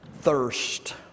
thirst